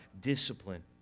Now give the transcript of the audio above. discipline